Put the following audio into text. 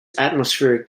atmospheric